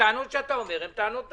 הטענות שאתה אומר הן טענות נכונות.